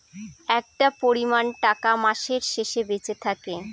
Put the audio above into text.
একটা পরিমান টাকা মাসের শেষে বেঁচে থাকে